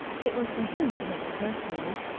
it was for him to make the first move.